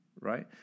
right